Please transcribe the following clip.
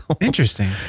interesting